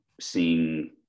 seeing